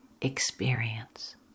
experience